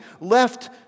left